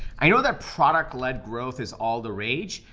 i know that product led growth has all the rage,